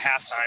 halftime